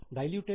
diluted इ